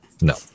No